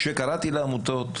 כשקראתי לעמותות,